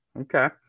Okay